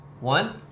One